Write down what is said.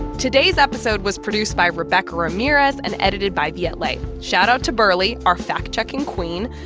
today's episode was produced by rebecca ramirez and edited by viet le. shout out to burley, our fact-checking queen.